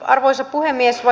arvoisa puhemies